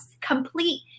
complete